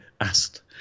asked